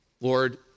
Lord